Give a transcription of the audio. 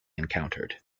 encountered